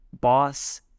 boss